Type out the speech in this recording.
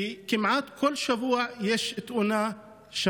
וכמעט בכל שבוע יש שם תאונה.